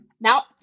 now